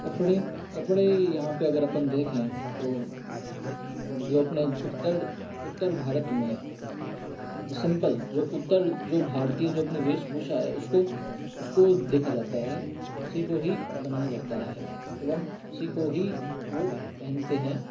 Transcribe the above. कपड़े कपड़े यहाँ पर अगर अपन देखें तो जो अपने उत्तर उत्तर भारत में सिंपल जो उत्तर जो भारतीय जो अपनी वेशभूषा है उस को उसको देखा जाता है उसी को ही बनाया जाता है एवं उसी को ही वो पहनते हैं